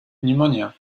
pneumonia